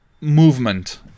movement